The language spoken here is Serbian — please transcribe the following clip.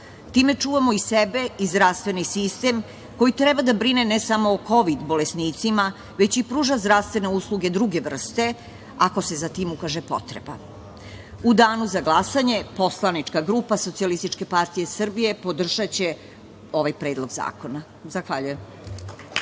time čuvamo i sebe i zdravstveni sistem koji treba da brine ne samo o kovid bolesnicima već i pruža zdravstvene usluge druge vrste ako se za tim ukaže potreba.U danu za glasanje poslanička grupa SPS podržaće ovaj predlog zakona.